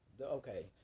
okay